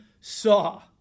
saw